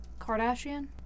Kardashian